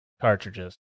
cartridges